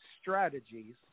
strategies